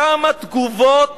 כמה תגובות